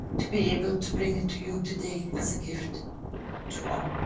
to be able to bring it to you today as a gift to all.